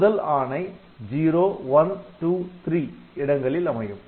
முதல் ஆணை 0123 இடங்களில் அமையும்